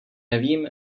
nevím